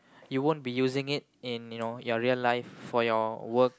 you won't be using it in you know your real life for your work